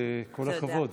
וכל הכבוד.